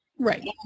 Right